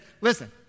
listen